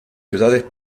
ciudades